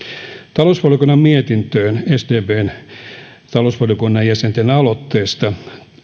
talousvaliokunnan mietintöön sdpn talousvaliokunnan jäsenten aloitteesta